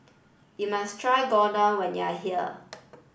you must try Gyudon when you are here